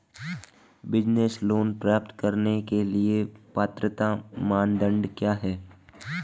Business loan प्राप्त करने के लिए पात्रता मानदंड क्या हैं?